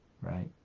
right